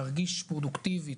להרגיש פרודוקטיבי,